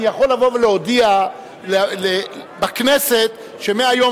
אני יכול לבוא ולהודיע בכנסת שמהיום